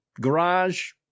garage